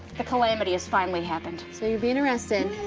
the calamity has finally happened. so you're being arrested.